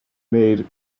maid